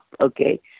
okay